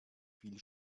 viel